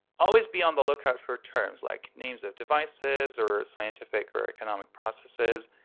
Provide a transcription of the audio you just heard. always be on the lookout for terms, like names of devices or scientific or economic processes.